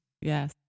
Yes